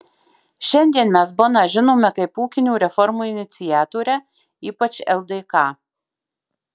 šiandien mes boną žinome kaip ūkinių reformų iniciatorę ypač ldk